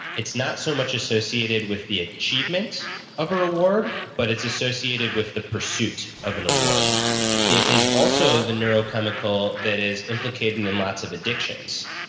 it's not so much associated with the achievement of a reward, but it's associated with the pursuit of an award. it is also the neurochemical that is implicated in lots of addictions.